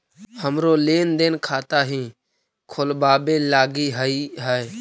हमरो लेन देन खाता हीं खोलबाबे लागी हई है